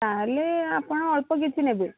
ତା'ହେଲେ ଆପଣ ଅଳ୍ପ କିଛି ନେବେ